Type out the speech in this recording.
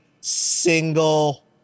single